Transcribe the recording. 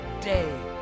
day